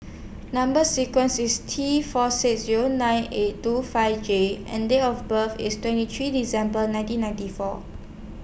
Number sequence IS T four six Zero nine eight two five J and Date of birth IS twenty three December nineteen ninety four